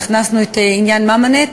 הכנסנו את עניין "מאמאנט",